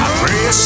pray